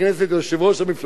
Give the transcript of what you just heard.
יושב-ראש המפלגה,